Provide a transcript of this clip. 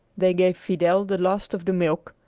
they gave fidel the last of the milk,